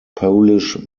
polish